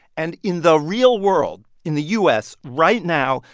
and in the real world, in the u s. right now,